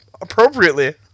appropriately